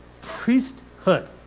priesthood